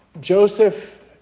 Joseph